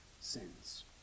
sins